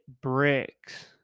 bricks